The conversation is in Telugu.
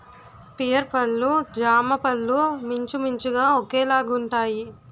పియర్ పళ్ళు జామపళ్ళు మించుమించుగా ఒకేలాగుంటాయి